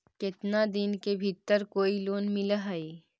केतना दिन के भीतर कोइ लोन मिल हइ?